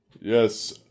yes